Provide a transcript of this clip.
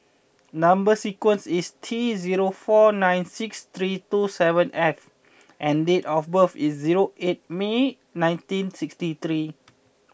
number sequence is T zero four nine six three two seven F and date of birth is zero eight May nineteen sixty three